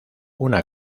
una